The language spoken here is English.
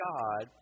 God